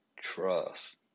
Trust